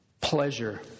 pleasure